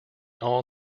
all